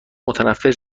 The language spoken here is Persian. متنفر